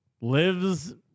lives